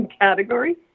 category